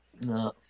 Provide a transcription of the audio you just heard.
No